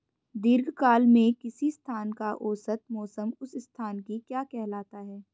दीर्घकाल में किसी स्थान का औसत मौसम उस स्थान की क्या कहलाता है?